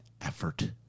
effort